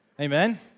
Amen